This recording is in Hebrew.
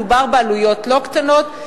מדובר בעלויות לא קטנות.